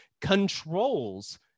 controls